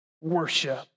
worship